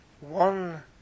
one